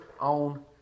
on